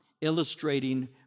Illustrating